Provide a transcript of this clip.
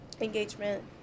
engagement